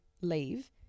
leave